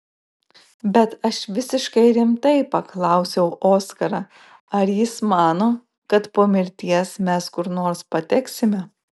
bet aš visiškai rimtai paklausiau oskarą ar jis mano kad po mirties mes kur nors pateksime